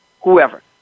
whoever